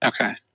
okay